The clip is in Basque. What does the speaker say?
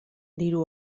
diru